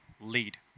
lead